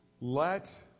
Let